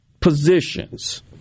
positions